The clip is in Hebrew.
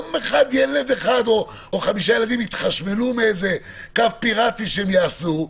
יום אחד ילד אחד או חמישה ילדים יתחשמלו מקו פירטי שהם יעשו,